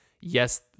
Yes